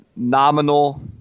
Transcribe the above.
nominal